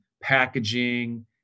packaging